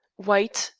white,